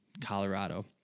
Colorado